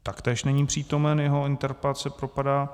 Taktéž není přítomen, jeho interpelace propadá.